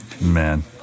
Man